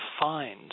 find